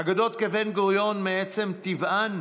אגדות כבן-גוריון מעצם טבען